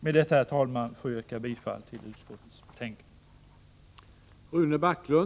Med detta får jag yrka bifall till utskottets hemställan.